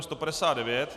159.